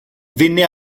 venne